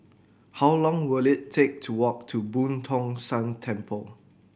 how long will it take to walk to Boo Tong San Temple